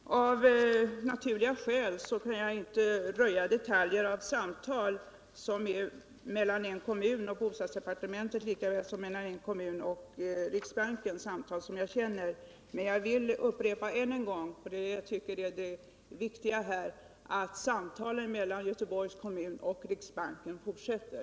Herr talman! Av naturliga skäl kan jag inte röja detaljer i samtal vare sig mellan en kommun och bostadsdepartementet eller mellan en kommun och riksbanken, även om jag känner till dem. Men jag vill än en gång upprepa det jag tycker är det viktiga här, nämligen att samtalen mellan Göteborgs kommun och riksbanken fortsätter.